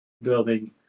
building